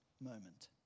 moment